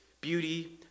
beauty